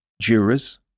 jurors